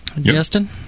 Justin